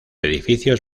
edificios